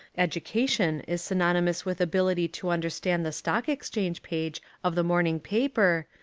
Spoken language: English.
education is synonymous with ability to understand the stock-exchange page of the morning paper,